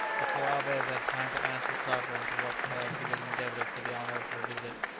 before alvez had time to ask the sovereign to what cause he was indebted for the honour of her visit,